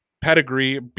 pedigree